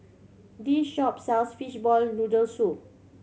this shop sells fishball noodle soup